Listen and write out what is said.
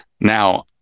now